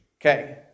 Okay